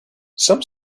some